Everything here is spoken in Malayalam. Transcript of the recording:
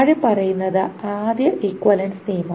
താഴെ പറയുന്നതാണ് ആദ്യ ഇക്വിവാലെൻസ് നിയമം